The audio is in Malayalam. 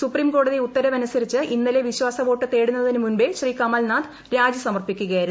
സുപ്രീംകോടതി ഉത്തരവനുസരിച്ച് ഇന്നലെ വിശ്വാസ വോട്ട് തേടുന്നതിനു മുമ്പേ ശ്രീ കമൽനാഥ് രാജി സമർപ്പിക്കുകയായിരുന്നു